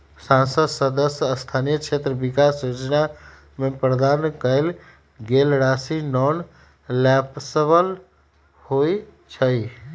संसद सदस्य स्थानीय क्षेत्र विकास जोजना में प्रदान कएल गेल राशि नॉन लैप्सबल होइ छइ